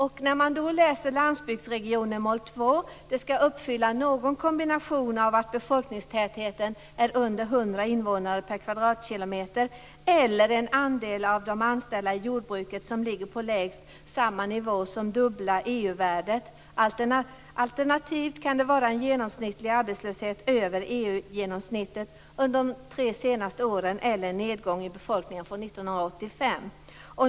Man kan läsa i Landsbygdsregioner Mål 2 att det skall uppfylla någon kombination av att befolkningstätheten är under 100 invånare per kvadratkilometer eller en andel av de anställda i jordbruket som ligger på lägst samma nivå som dubbla EU-värdet. Alternativt kan det vara en genomsnittlig arbetslöshet över EU-genomsnittet under de tre senaste åren eller en nedgång i befolkningen från 1985.